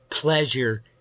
pleasure